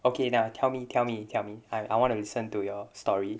okay now tell me tell me tell me I wa~ I want to listen to your story